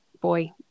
boy